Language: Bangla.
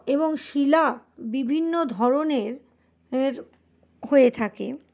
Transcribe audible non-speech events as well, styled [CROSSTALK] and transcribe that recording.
এবং শিলা বিভিন্ন ধরণের [UNINTELLIGIBLE] হয়ে থাকে